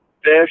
Fish